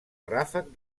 ràfec